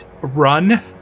run